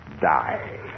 die